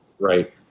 right